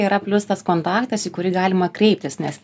yra plius tas kontaktas į kurį galima kreiptis nes